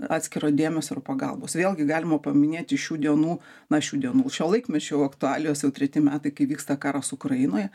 atskiro dėmesio ir pagalbos vėlgi galima paminėti šių dienų na šių dienų šio laikmečio aktualijos jau treti metai kai vyksta karas ukrainoje